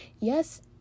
Yes